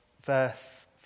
verse